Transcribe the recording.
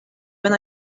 when